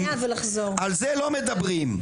על זה לא מדברים.